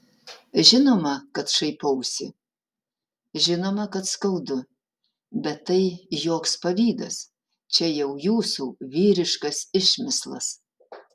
žinoma kad šaipausi žinoma kad skaudu bet tai joks pavydas čia jau jūsų vyriškas išmislas